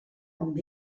amb